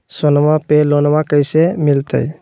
सोनमा पे लोनमा कैसे मिलते?